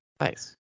Nice